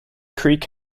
creek